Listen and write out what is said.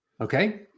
Okay